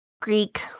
Greek